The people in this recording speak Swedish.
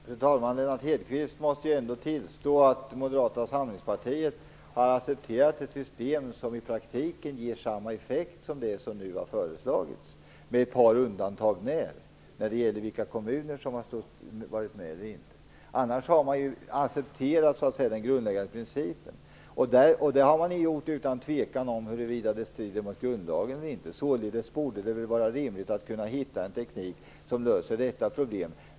Fru talman! Lennart Hedquist måste väl ändå tillstå att Moderata samlingspartiet har accepterat ett system som i praktiken ger samma effekt som det system ger som nu har föreslagits, så när som på ett par undantag när det gäller vilka kommuner som varit med eller inte. Annars har man ju accepterat den grundläggande principen. Det har man gjort utan någon tvekan om huruvida det strider mot grundlagen eller inte. Således borde det vara rimligt att kunna hitta en teknik som löser detta problem.